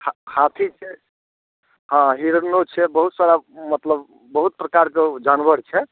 हँ हाथी छै आ हिरनो छै बहुत सारा मतलब बहुत प्रकार कऽ जानवर छै